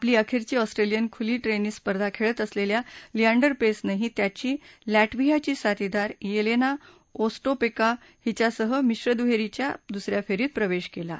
आपली अखेरची ऑस्ट्रेलियन खुली टेनिस स्पर्धा खेळत असलेल्या लिएंडर पेसनंही त्याची लॅटव्हियाची साथीदार येलेना ओस्टापेन्को हिच्यासहं मिश्र दुहेरीच्या दुसऱ्या फेरीत प्रवेश केला आहे